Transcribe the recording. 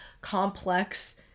complex